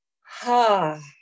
Ha